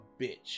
bitch